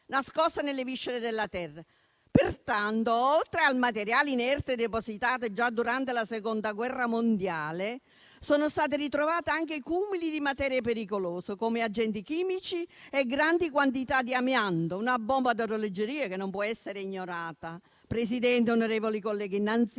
nascoste nelle viscere della terra. Oltre al materiale inerte depositato già durante la seconda guerra mondiale, sono state ritrovate anche cumuli di materiale pericoloso, come agenti chimici e grandi quantità di amianto: una bomba ad orologeria che non può essere ignorata. Signor Presidente, onorevoli colleghi, innanzi